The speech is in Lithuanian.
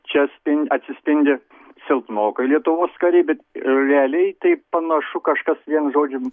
čia spind atsispindi silpnokai lietuvos kariai bet realiai tai panašu kažkas vienu žodžiu